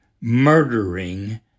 murdering